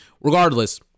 Regardless